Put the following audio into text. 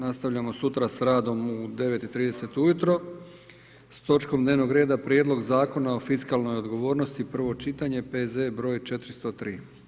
Nastavljamo sutra sa radom u 9,30 ujutro s točkom dnevnog reda Prijedlog zakona o fiskalnoj odgovornosti, prvo čitanje, P.Z. br. 403.